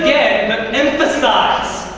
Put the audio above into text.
yeah but emphasize.